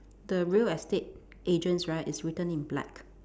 the real estate agents right is written in black